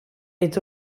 est